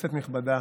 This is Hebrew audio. כנסת נכבדה,